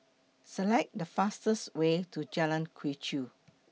Select The fastest Way to Jalan Quee Chew